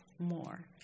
more